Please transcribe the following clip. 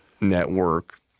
network